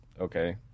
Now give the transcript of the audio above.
okay